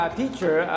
teacher